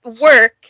work